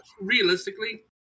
Realistically